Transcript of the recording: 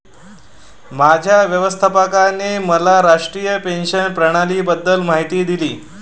माझ्या व्यवस्थापकाने मला राष्ट्रीय पेन्शन प्रणालीबद्दल माहिती दिली